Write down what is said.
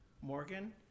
Morgan